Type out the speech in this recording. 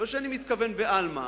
לא שאני מתכוון בעלמא,